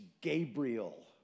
Gabriel